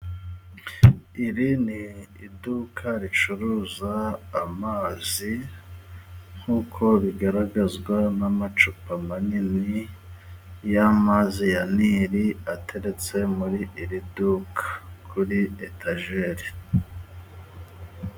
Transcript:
Iri ni iduka ricuruza amazi nkuko bigaragazwa n'amacupa manini y'amazi ya nile ateretse muri iri duka kuri etager.